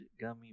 gummy